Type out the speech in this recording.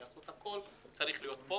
שעשו את הכול צריך להיות פה.